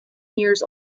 years